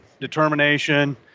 determination